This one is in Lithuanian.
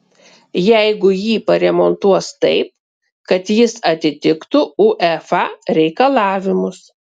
jeigu jį paremontuos taip kad jis atitiktų uefa reikalavimus